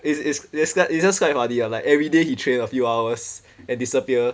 it's it's it's just it's just quite funny like everyday he train a few hours and disappear